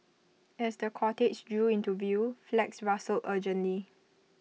as the cortege drew into view flags rustled urgently